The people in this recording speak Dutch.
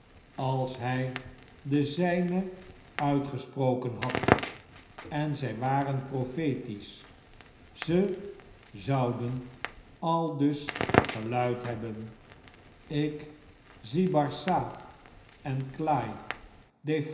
als hfl de zjjne uitgesproken had en zij waren profetisch ze zouden aldus geluid hebben ik zie barsad encly